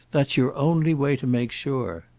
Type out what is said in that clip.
that's your only way to make sure.